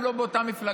גם לא באותה מפלגה,